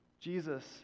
Jesus